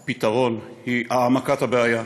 פתרון, היא העמקת הבעיה.